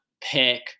pick